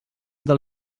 del